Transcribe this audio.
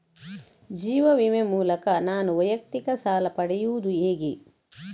ಜೀವ ವಿಮೆ ಮೂಲಕ ನಾನು ವೈಯಕ್ತಿಕ ಸಾಲ ಪಡೆಯುದು ಹೇಗೆ?